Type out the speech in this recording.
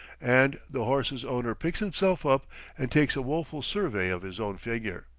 and the horse's owner picks himself up and takes a woeful survey of his own figure.